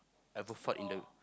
ever fart in a